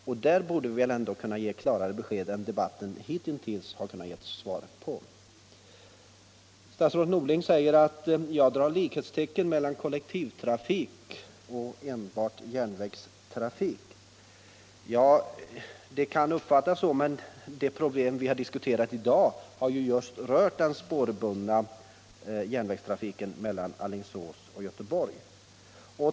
Därvidlag borde vi väl ändå kunna ge klarare besked än debatten hittills har gjort. Vidare anser statsrådet Norling att jag sätter likhetstecken mellan kollektivtrafik och enbart järnvägstrafik. Det kan uppfattas så, men det problem vi har diskuterat i dag har just rört den spårbundna järnvägstrafiken mellan Alingsås och Göteborg.